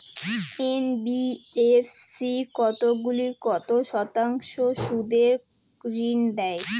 NBFC কতগুলি কত শতাংশ সুদে ঋন দেয়?